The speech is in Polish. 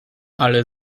ale